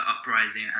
uprising